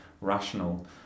rational